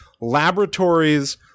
Laboratories